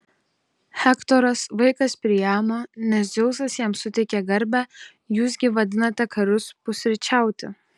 hektoras vaikas priamo nes dzeusas jam suteikė garbę jūs gi vadinate karius pusryčiauti